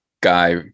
Guy